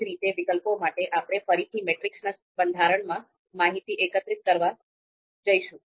એ જ રીતે વિકલ્પો માટે આપણે ફરીથી મેટ્રિક્સ ના બંધારણમાં માહિતી એકત્રિત કરવા જઈશું